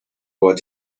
what